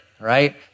right